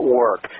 work